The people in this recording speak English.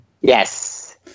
Yes